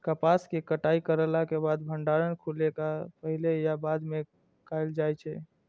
कपास के कटाई करला के बाद भंडारण सुखेला के पहले या बाद में कायल जाय छै?